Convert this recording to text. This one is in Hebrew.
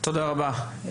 תודה רבה.